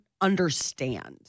understand